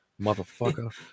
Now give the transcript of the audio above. Motherfucker